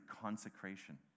consecration